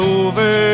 over